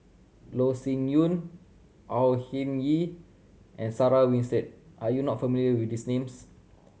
Loh Sin Yun Au Hing Yee and Sarah Winstedt are you not familiar with these names